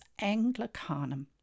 Anglicanum